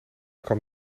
kwam